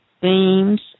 themes